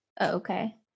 Okay